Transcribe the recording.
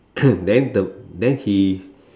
then the then he